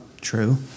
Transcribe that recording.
True